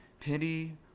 Pity